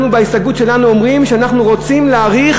אנחנו בהסתייגות שלנו אומרים שאנחנו רוצים להאריך